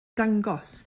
dangos